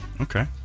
Okay